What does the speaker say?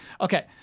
okay